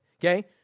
okay